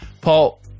Paul